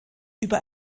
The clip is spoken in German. über